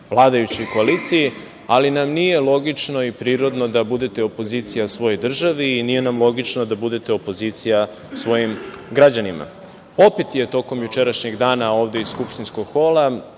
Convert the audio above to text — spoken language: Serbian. vladajućoj koaliciji, ali nam nije logično i prirodno da budete opozicija svojoj državi i nije nam logično da budete opozicija svojim građanima. Opet je tokom jučerašnjeg dana ovde iz skupštinskog hola,